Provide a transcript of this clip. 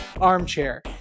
armchair